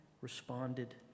responded